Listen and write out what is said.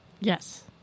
Yes